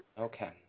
okay